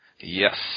Yes